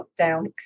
lockdown